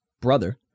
brother